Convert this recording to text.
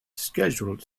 scheduled